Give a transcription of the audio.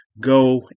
go